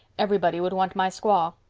everybody would want my squaw.